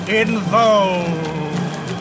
involved